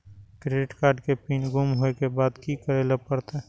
Credit card के pin गुम होय के बाद की करै ल परतै?